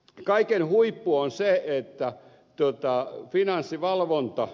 kaiken huippu on se että finanssivalvonta